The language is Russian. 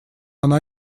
она